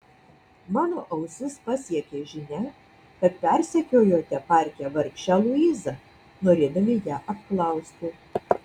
mano ausis pasiekė žinia kad persekiojote parke vargšę luizą norėdami ją apklausti